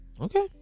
Okay